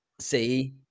See